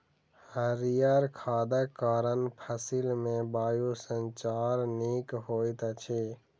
हरीयर खादक कारण फसिल मे वायु संचार नीक होइत अछि